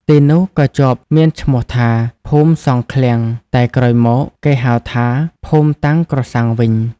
ទីនោះក៏ជាប់មានឈ្មោះថា ភូមិសង់ឃ្លាំង តែក្រោយមកគេហៅថា ភូមិតាំងក្រសាំងវិញ។